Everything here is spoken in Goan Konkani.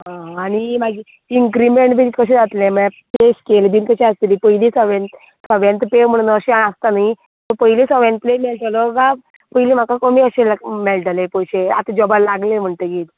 आं आनी मागीर इनक्रिमेन्ट बी कशें जातलें म्हळ्यार कितें स्केल बी कशी आसतली पयलीं सगळें सेवेन्थ पे म्हणोन अशें आसता न्ही सो पयलींच सेवेन्थ पे येतलो काय पयलीं म्हाका कमी अशें मेळटले पयशे आतां जोबाक लागलें म्हणटगीच